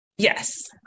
Yes